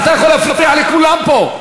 אתה יכול להפריע לכולם פה.